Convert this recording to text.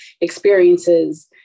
experiences